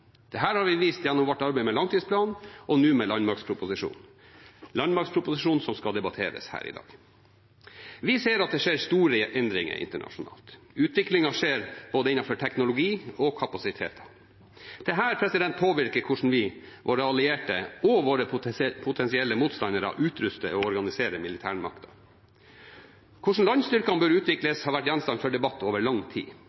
har vi vist gjennom vårt arbeid med langtidsplanen og nå med landmaktproposisjonen, som skal debatteres her i dag. Vi ser at det skjer store endringer internasjonalt. Utviklingen skjer innenfor både teknologi og kapasiteter. Dette påvirker hvordan vi, våre allierte og våre potensielle motstandere utruster og organiserer militærmakten. Hvordan landstyrkene bør utvikles, har vært gjenstand for debatt over lang tid.